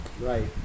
Right